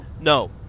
No